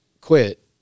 quit